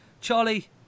Charlie